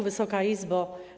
Wysoka Izbo!